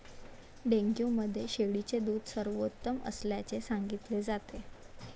dengue मध्ये शेळीचे दूध सर्वोत्तम असल्याचे सांगितले जाते